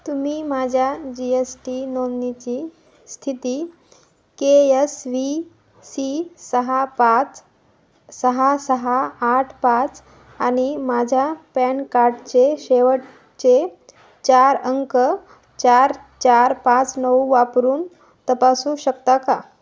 तुम्ही माझ्या G S T नोंदणीची स्थिती के यस वी सी सहा पाच सहा सहा आठ पाच आणि माझ्या पॅन कार्डचे शेवटचे चार अंक चार चार पाच नऊ वापरून तपासू शकता का